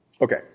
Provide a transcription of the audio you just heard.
Okay